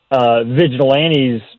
vigilantes